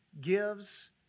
gives